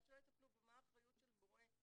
ואת שואלת אפילו במה האחריות של מורה,